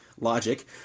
logic